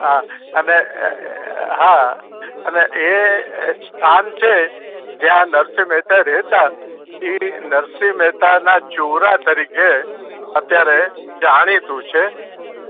હા અને હા અને એ સ્થાન છે જ્યાં નરસિંહ મહેતા રહેતા એ નરસિંહ મહેતાના ચોરા તરીકે અત્યારે જાણીતું છે